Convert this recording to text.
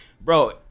bro